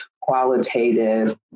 qualitative